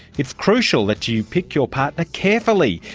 it's crucial that you pick your partner carefully.